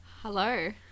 Hello